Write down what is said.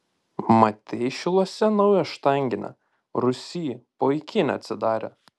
matei šiluose naują štanginę rūsy po ikine atidarė